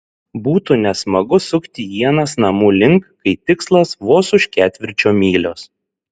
būtų nesmagu sukti ienas namų link kai tikslas vos už ketvirčio mylios